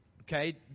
okay